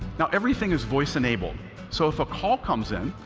now, everything is voice-enabled. so if a call comes in,